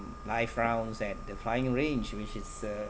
live rounds at the flying range which is a